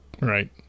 right